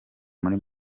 muri